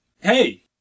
Hey